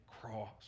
cross